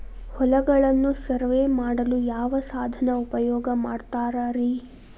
ಹೊಲಗಳನ್ನು ಸರ್ವೇ ಮಾಡಲು ಯಾವ ಸಾಧನ ಉಪಯೋಗ ಮಾಡ್ತಾರ ರಿ?